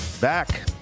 back